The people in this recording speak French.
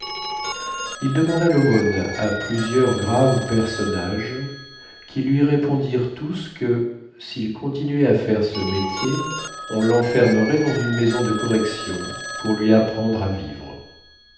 il demanda l'aumône à plusieurs graves personnages qui lui répondirent tous que s'il continuait à faire ce métier on l'enfermerait dans une maison de correction pour lui apprendre à vivre